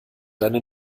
deine